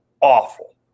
awful